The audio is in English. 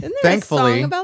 thankfully